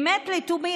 באמת לתומי,